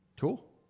Cool